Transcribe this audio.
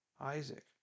Isaac